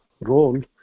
role